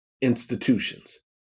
institutions